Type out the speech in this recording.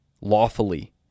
lawfully